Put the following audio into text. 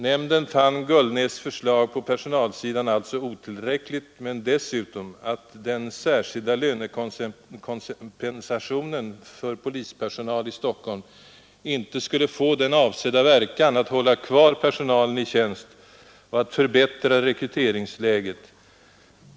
Nämnden fann alltså Gullnäs” förslag på personalsidan otillräckligt men konstaterade dessutom att den särskilda lönekompensationen för polispersonal i Stockholm inte skulle få den avsedda verkan att hålla kvar personalen i tjänst och att förbättra rekryteringsläget.